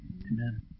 Amen